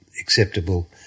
acceptable